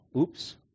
oops